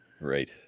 Right